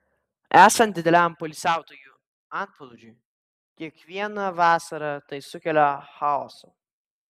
esant dideliam poilsiautojų antplūdžiui kiekvieną vasarą tai sukelia chaosą